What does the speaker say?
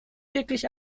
wirklich